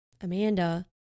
Amanda